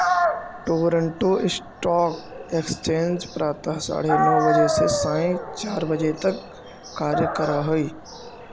Toronto stock exchange प्रातः साढ़े नौ बजे से सायं चार बजे तक कार्य करऽ हइ